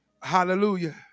Hallelujah